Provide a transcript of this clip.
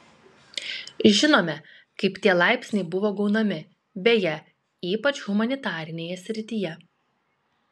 žinome kaip tie laipsniai buvo gaunami beje ypač humanitarinėje srityje